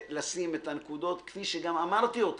תחבורה, כפי שאמרתי את